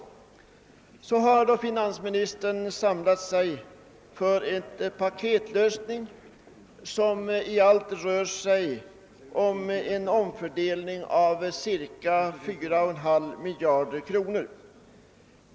Nu har finansministern samlat sig till en paketlösning som i allt gäller en omfördelning av ca 4,5 miljarder kronor.